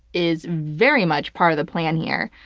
is very much part of the plan here.